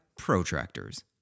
Protractors